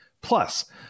Plus